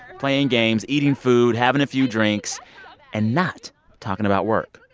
playing games, eating food, having a few drinks and not talking about work.